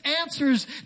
answers